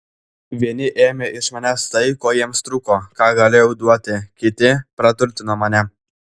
vieni ėmė iš manęs tai ko jiems trūko ką galėjau duoti kiti praturtino mane